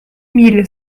mille